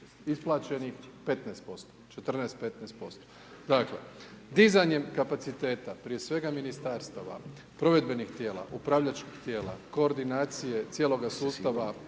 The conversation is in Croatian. Isplaćenih 15%, 14-15%. Dakle, dizanjem kapaciteta prije svega ministarstava, provedbenih tijela, upravljačkih tijela, koordinacije cijeloga sustava